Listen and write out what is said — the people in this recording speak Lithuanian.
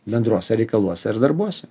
bendruose reikaluose ar darbuose